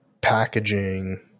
packaging